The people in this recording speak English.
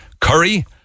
curry